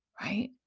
right